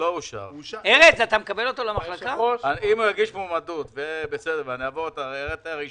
אם הוא יגיש מועמדות ואראה את אישור